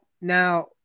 now